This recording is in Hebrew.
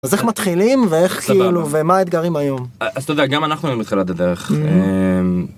אז איך מתחילים ואיך כאילו ומה האתגרים היום אז אתה יודע גם אנחנו היום בתחילת הדרך.. אהממ